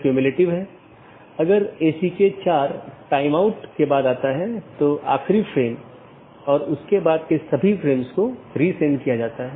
update message का उपयोग व्यवहार्य राउटरों को विज्ञापित करने या अव्यवहार्य राउटरों को वापस लेने के लिए किया जाता है